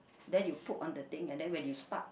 then you put on the thing and then when you start